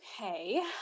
Okay